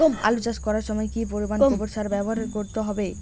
আলু চাষ করার সময় কি পরিমাণ গোবর সার ব্যবহার করতে হবে?